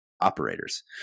operators